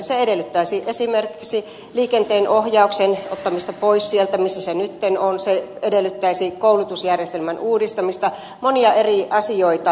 se edellyttäisi esimerkiksi liikenteenohjauksen ottamista pois sieltä missä se nyt on se edellyttäisi koulutusjärjestelmän uudistamista monia eri asioita